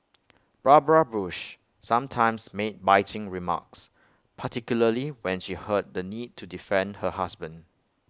Barbara bush sometimes made biting remarks particularly when she heard the need to defend her husband